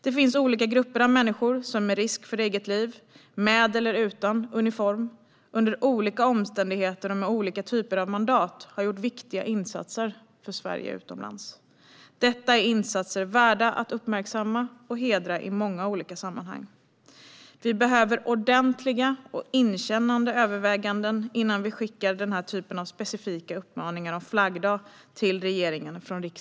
Det finns olika grupper av människor som med risk för eget liv, med eller utan uniform, under olika omständigheter och med olika typer av mandat, har gjort viktiga insatser för Sverige utomlands. Detta är insatser värda att uppmärksamma och hedra i många olika sammanhang. Vi behöver ordentliga och inkännande överväganden innan riksdagen skickar den här typen av specifika uppmaningar om flaggdag till regeringen.